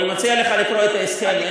אני מציע לך לקרוא את ההסכם.